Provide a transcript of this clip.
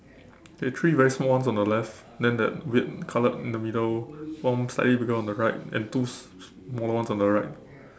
there is three one very small ones on the left then the weird coloured in the middle one slightly bigger one on the right and two smaller ones on the right